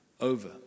over